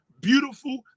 beautiful